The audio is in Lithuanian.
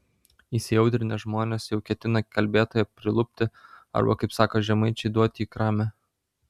įsiaudrinę žmonės jau ketino kalbėtoją prilupti arba kaip sako žemaičiai duoti į kramę